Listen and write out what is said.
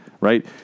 right